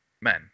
men